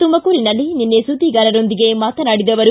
ತುಮಕೂರಿನಲ್ಲಿ ನಿನ್ನೆ ಸುದ್ದಿಗಾರರೊಂದಿಗೆ ಮಾತನಾಡಿದ ಅವರು